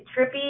trippy